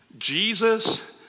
Jesus